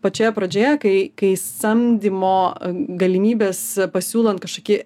pačioje pradžioje kai kai samdymo galimybės pasiūlant kažkokį